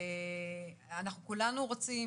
אנחנו כולנו רוצים,